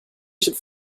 should